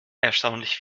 erstaunlich